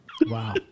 Wow